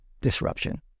disruption